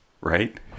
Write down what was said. right